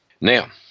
Now